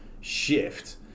shift